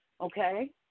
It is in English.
okay